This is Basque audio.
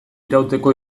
irauteko